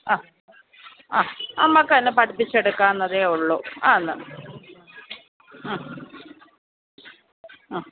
ആ ആ നമുക്ക് തന്നെ പഠിപ്പിച്ചെടുക്കാവുന്നതേയുള്ളു അന്ന് ആ